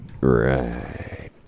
Right